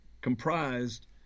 comprised